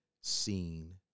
seen